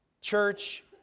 church